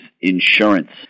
insurance